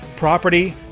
property